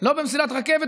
לא במסילת רכבת,